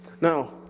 Now